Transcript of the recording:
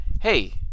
Hey